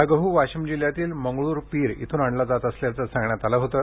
हा गह् वाशिम जिल्ह्यातील मंगळूरपीर इथून आणला असल्याचं सांगण्यात आलं होतं